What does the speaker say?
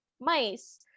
mice